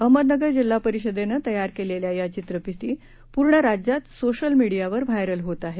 अहमदनगर जिल्हा परिषदेनं तयार केलेल्या या चित्रफिती पूर्ण राज्यात सोशल मीडियावर व्हायरल होत आहेत